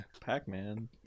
Pac-Man